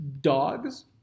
dogs